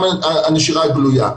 גם הנשירה הגלויה.